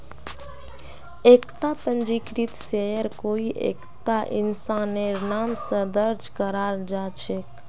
एकता पंजीकृत शेयर कोई एकता इंसानेर नाम स दर्ज कराल जा छेक